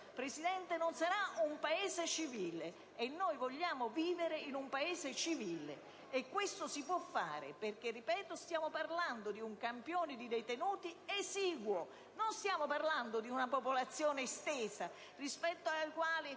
Presidente, non sarà un Paese civile. Noi vogliamo vivere in un Paese civile, e questo si può fare: ripeto, stiamo parlando di un campione di detenuti esiguo e non di una popolazione estesa rispetto alla quale